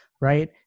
right